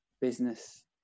business